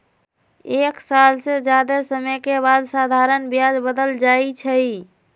एक साल से जादे समय के बाद साधारण ब्याज बदल जाई छई